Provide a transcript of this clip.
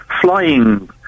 flying